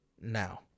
now